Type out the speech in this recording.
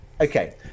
okay